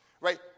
right